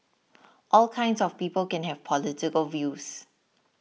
all kinds of people can have political views